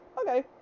Okay